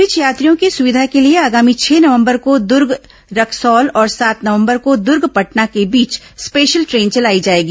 इस बीच यात्रियों की सुविधा के लिए आगामी छह नवंबर को दुर्ग रक्सौल और सात नवंबर को द्र्ग पटना के बीच स्पेशल ट्रेन चलाई जाएगी